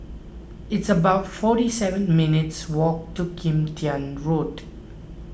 it's about forty seven minutes' walk to Kim Tian Road